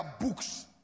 books